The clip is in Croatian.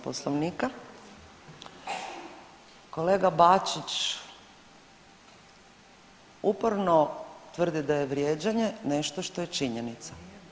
Poslovnika, kolega Bačić uporno tvrdi da je vrijeđanje nešto što je činjenica.